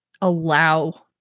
allow